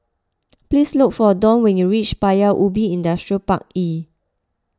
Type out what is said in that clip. please look for Dawn when you reach Paya Ubi Industrial Park E